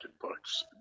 books